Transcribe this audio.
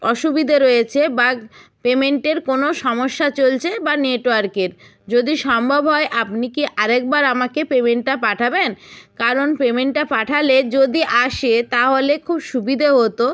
অসুবিধে রয়েছে বা পেমেন্টের কোনও সমস্যা চলছে বা নেটওয়ার্কের যদি সম্ভব হয় আপনি কি আরেকবার আমাকে পেমেন্টটা পাঠাবেন কারণ পেমেন্টটা পাঠালে যদি আসে তাহলে খুব সুবিধে হতো